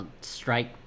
strike